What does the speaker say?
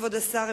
כבוד השר,